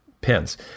Pins